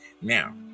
Now